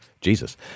Jesus